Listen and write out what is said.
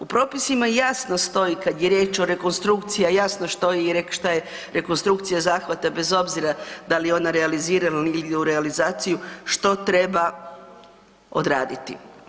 U propisima jasno stoji kad je riječ o rekonstrukcija, jasno što, šta je rekonstrukcija zahvata bez obzira da li je ona realizirana ili je u realizaciju, što treba odraditi.